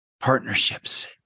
partnerships